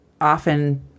often